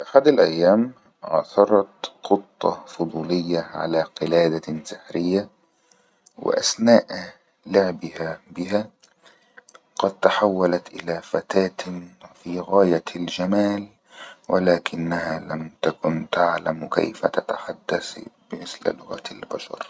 في أحد الأيام عصرت قطة فضولية على قلادة سحرية وأثناء لعبها بها قد تحولت إلى فتاة في غاية الجمال ولكنها لم تكن تعلم كيف تتحدث بمثل لغات البشر